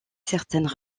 certaines